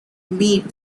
meet